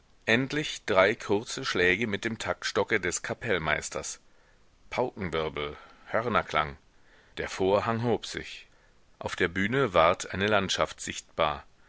endlich drei kurze schläge mit dem taktstocke des kapellmeisters paukenwirbel hörnerklang der vorhang hob sich auf der bühne ward eine landschaft sichtbar